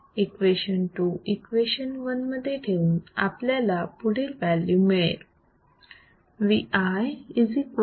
equation 2 equation 1 मध्ये ठेवून आपल्याला पुढील व्हॅल्यू मिळेल